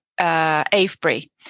Avebury